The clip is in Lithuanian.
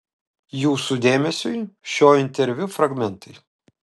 jūsų dėmesiui šio interviu fragmentai